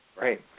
Right